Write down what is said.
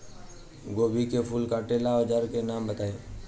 गोभी के फूल काटे के औज़ार के नाम बताई?